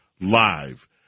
live